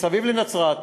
מסביב לנצרת,